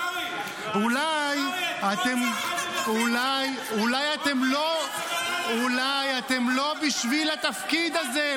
קרעי, אתמול --- אולי אתם לא בשביל התפקיד הזה.